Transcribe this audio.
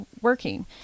working